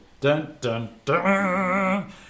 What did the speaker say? Dun-dun-dun